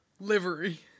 Livery